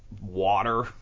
water